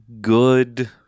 good